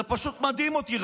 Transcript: זה פשוט מדהים אותי.